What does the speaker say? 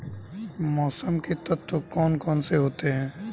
मौसम के तत्व कौन कौन से होते हैं?